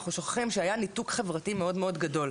אנחנו שוכחים שהיה ניתוק חברתי מאוד גדול,